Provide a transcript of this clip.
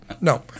No